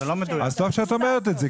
אז טוב שאת אומרת את זה,